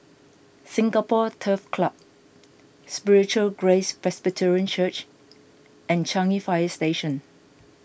Singapore Turf Club Spiritual Grace Presbyterian Church and Changi Fire Station